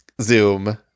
Zoom